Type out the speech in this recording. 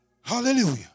Hallelujah